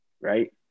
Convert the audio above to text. right